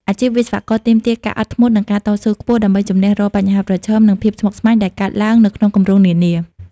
អាជីពវិស្វករទាមទារ ការអត់ធ្មត់ និងការតស៊ូ ខ្ពស់ ដើម្បី ជំនះរាល់បញ្ហាប្រឈម និងភាពស្មុគស្មាញដែលកើតឡើងនៅក្នុងគម្រោងនានា។